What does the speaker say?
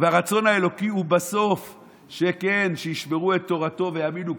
והרצון האלוקי בסוף הוא שישמרו את תורתו ויאמינו,